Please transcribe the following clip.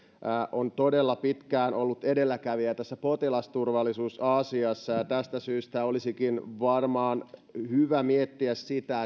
on todella pitkään ollut edelläkävijä tässä potilasturvallisuusasiassa tästä syystä olisikin varmaan hyvä miettiä sitä